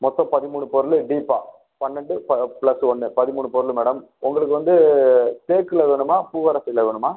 மொத்தம் பதிமூணு பொருள் டீப்பா பன்னெண்டு ப பிளஸ் ஒன்று பதிமூணு பொருள் மேடம் உங்களுக்கு வந்து தேக்கில் வேணுமா பூவரசில் வேணுமா